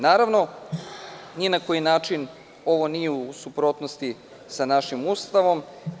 Naravno, ni na koji način ovo nije u suprotnosti sa našim Ustavom.